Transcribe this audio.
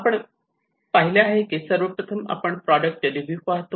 आपण पाहिले आहे की सर्वप्रथम आपण प्रॉडक्ट रिव्यू पाहतो